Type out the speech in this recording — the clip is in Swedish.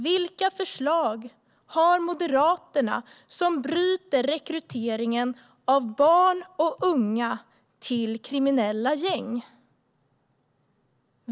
Vilka förslag har Moderaterna som bryter rekryteringen av barn och unga till kriminella gäng?